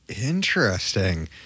Interesting